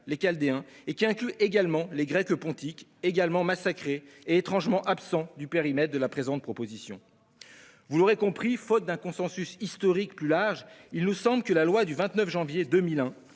les Chaldéens, mais aussi les Grecs pontiques, également massacrés et étrangement absents du périmètre de la présente proposition de résolution. Vous l'aurez compris, faute d'un consensus historique plus large, il nous semble que la loi du 29 janvier 2001